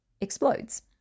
explodes